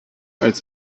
als